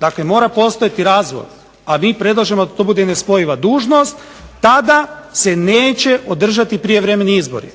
dakle mora postojati razlog, a mi predlažemo da to bude nespojiva dužnost, tada se neće održati prijevremeni izbori.